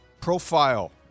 profile